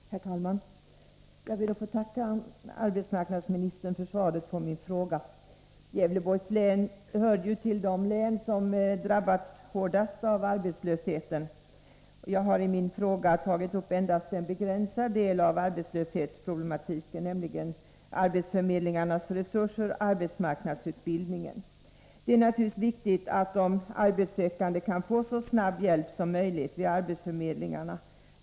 Herr talman! Jag ber att få tacka arbetsmarknadsministern för svaret på min fråga. Gävleborgs län hör till de län som drabbats hårdast av arbetslösheten. Jag har i min fråga tagit upp endast en begränsad del av arbetslöshetsproblematiken, nämligen arbetsförmedlingarnas resurser och arbetsmarknadsutbildningen. Det är naturligtvis viktigt att de arbetssökande kan få så snabb hjälp som möjligt vid arbetsförmedlingarna.